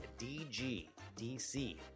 DGDC